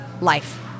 life